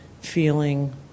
feeling